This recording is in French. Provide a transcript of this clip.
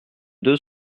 deux